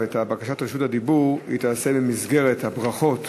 ואת בקשת רשות הדיבור היא תעשה במסגרת הברכות